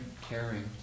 caring